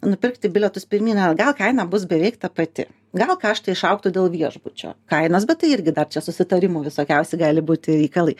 nupirkti bilietus pirmyn atgal kaina bus beveik ta pati gal kaštai išaugtų dėl viešbučio kainos bet tai irgi dar čia susitarimų visokiausių gali būt reikalai